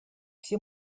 все